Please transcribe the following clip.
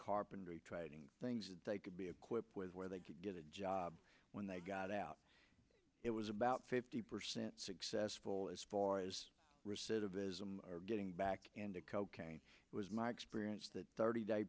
carpentry try to things that they could be equipped with where they could get a job when they got out it was about fifty percent successful as far as recidivism getting back into cocaine was my experience that thirty d